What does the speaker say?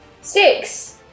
Six